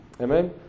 Amen